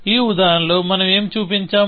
ఈ ఉదాహరణలో మనం ఏమి చూపించాం